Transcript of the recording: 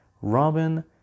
Robin